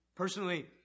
Personally